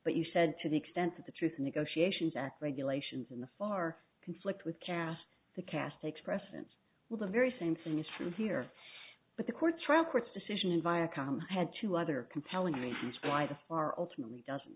but you said to the extent that the truth negotiations at regulations in the far conflict with cas the cast takes precedence with the very same thing is true here but the court trial court's decision in viacom had two other compelling reasons why the far ultimately doesn't